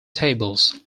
tables